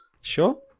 Sure